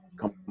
come